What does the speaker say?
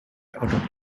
out